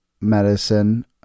medicine